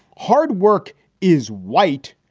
hard work is white.